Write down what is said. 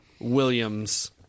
Williams